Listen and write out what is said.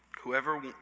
whoever